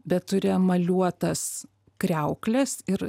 bet turi emaliuotas kriaukles ir